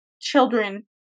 children